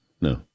No